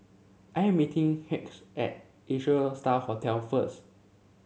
I am meeting Hughes at Asia Star Hotel first